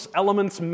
elements